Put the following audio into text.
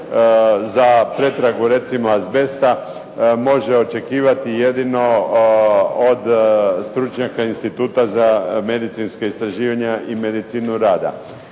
za pretragu azbesta može očekivati jedino od stručnjaka Instituta za medicinska istraživanja i medicinu rada.